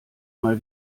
mal